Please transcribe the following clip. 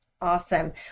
Awesome